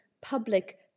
public